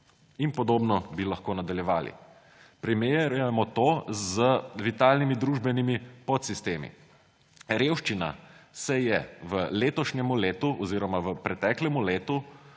In podobno bi lahko nadaljevali. Primerjajmo to z vitalnimi družbenimi podsistemi. Revščina se je v letošnjem letu oziroma v preteklem letu